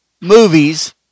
movies